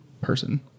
person